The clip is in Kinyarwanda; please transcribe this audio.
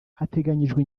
hateganyijwe